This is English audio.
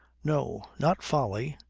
no. not folly,